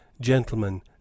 gentlemen